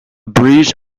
breeze